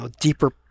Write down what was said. deeper